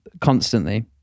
constantly